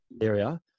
area